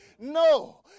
No